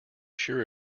sure